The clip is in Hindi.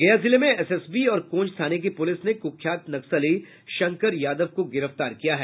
गया जिले में एसएसबी और कोंच थाने की पुलिस ने कुख्यात नक्सली शंकर यादव को गिरफ्तार किया है